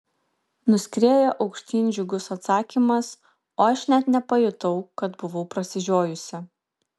nuskrieja aukštyn džiugus atsakymas o aš net nepajutau kad buvau prasižiojusi